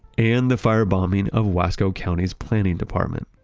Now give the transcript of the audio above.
and the firebombing of wasco county's planning department,